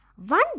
One